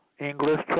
English